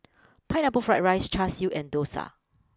Pineapple Fried Rice Char Siu and Dosa